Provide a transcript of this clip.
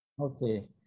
Okay